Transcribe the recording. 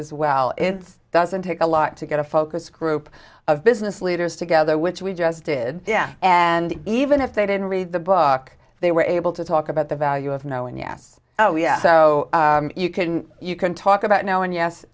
as well it's doesn't take a lot to get a focus group of business leaders together which we just did yeah and even if they didn't read the book they were able to talk about the value of knowing yes oh yes oh you can you can talk about now and yes